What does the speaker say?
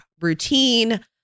routine